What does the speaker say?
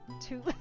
two